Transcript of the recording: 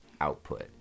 output